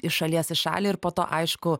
iš šalies į šalį ir po to aišku